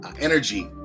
energy